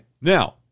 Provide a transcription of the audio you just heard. now